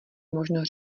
možno